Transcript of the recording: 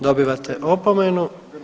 Dobivate opomenu.